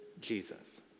Jesus